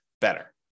better